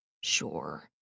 Sure